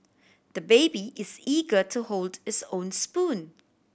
the baby is eager to hold his own spoon